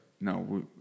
no